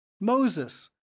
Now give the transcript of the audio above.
Moses